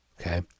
okay